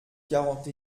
quarante